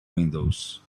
windows